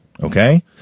Okay